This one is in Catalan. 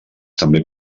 també